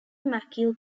mackillop